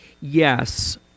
Yes